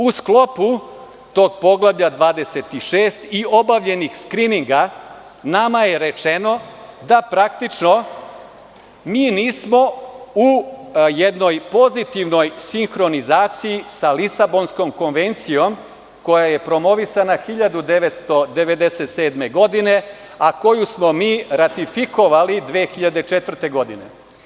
U sklopu tog Poglavlja 26 i obavljenih skrininga, nama je rečeno da praktično mi nismo u jednoj pozitivnoj sinhronizaciji sa Lisabonskom konvencijom koja je promovisana 1997. godine, a koju smo mi ratifikovali 2004. godine.